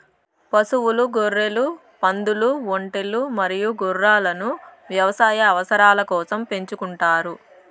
పశువులు, గొర్రెలు, పందులు, ఒంటెలు మరియు గుర్రాలను వ్యవసాయ అవసరాల కోసం పెంచుకుంటారు